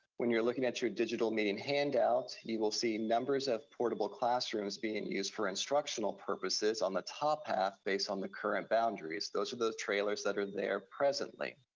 when you're looking at your digital meeting handout, you will see numbers of portable classrooms being used for instructional purposes on the top half based on the current boundaries. those are the trailers that are there presently.